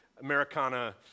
Americana